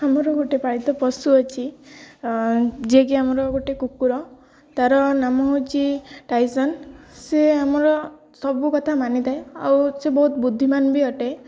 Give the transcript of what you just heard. ଆମର ଗୋଟେ ପାଳିତ ପଶୁ ଅଛି ଯିଏକି ଆମର ଗୋଟେ କୁକୁର ତାର ନାମ ହେଉଛି ଟାଇସନ୍ ସେ ଆମର ସବୁ କଥା ମାନିଥାଏ ଆଉ ସେ ବହୁତ ବୁଦ୍ଧିମାନ ବି ଅଟେ